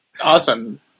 Awesome